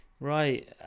Right